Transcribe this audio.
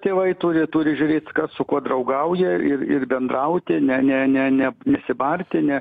tėvai turi turi žiūrėt kas su kuo draugauja ir ir bendrauti ne ne ne ne nesibarti ne